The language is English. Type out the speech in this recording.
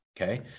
Okay